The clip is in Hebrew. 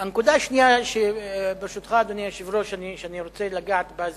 הנקודה השנייה שאני רוצה לגעת בה,